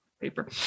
paper